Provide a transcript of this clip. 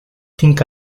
tinc